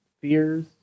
fears